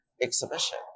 exhibition